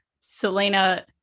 Selena